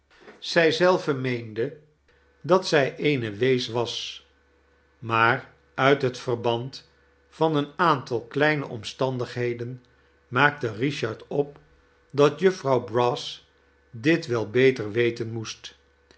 zij zelve meende dat zij eene wees was maar uit het verband van een aantal kleine omstandigheden maakte richard op dat jufvrouw brass dit wel beter weten moest